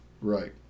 Right